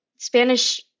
Spanish